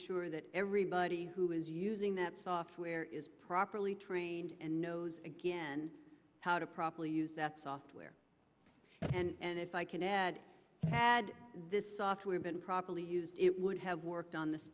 sure that everybody who is using that software is properly trained and knows again how to properly use that software and if i can add had this software been properly used it would have worked on this